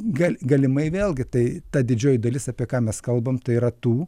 gal galimai vėlgi tai ta didžioji dalis apie ką mes kalbam tai yra tų